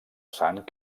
sant